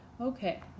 Okay